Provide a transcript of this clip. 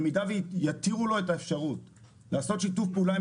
במידה ויתירו לו את האפשרות לעשות שיתוף פעולה עם